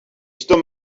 still